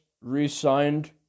re-signed